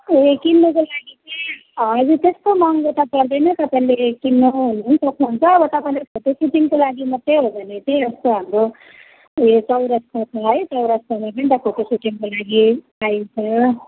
ए किन्नुको लागि चाहिँ हजुर त्यस्तो महँगो त पर्दैन तपाईँले किन्नुओर्नु सक्नुहुन्छ अब तपाईँले फोटो सुटिङको लागि मात्रै हो भने चाहिँ यस्तो हाम्रो उयो चौरस्ता छ है चौरस्तामा दुइटा फोटो सुटिङको लागि पाइन्छ